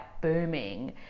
booming